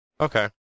Okay